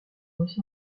los